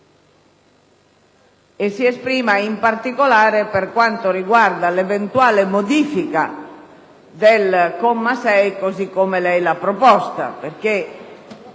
si esprima in particolare per quanto riguarda l'eventuale modifica del comma 6, così come lei l'ha proposta per